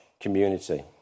Community